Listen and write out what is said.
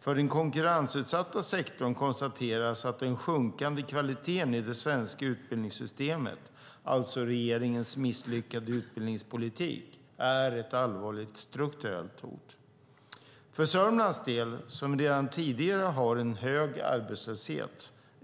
För den konkurrensutsatta sektorn konstateras att den sjunkande kvaliteten i det svenska utbildningssystemet, alltså regeringens misslyckade utbildningspolitik, är ett allvarligt strukturellt hot. Södermanland har redan tidigare en hög arbetslöshet.